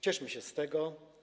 Cieszmy się z tego.